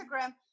Instagram